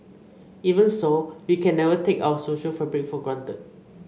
even so we can never take our social fabric for granted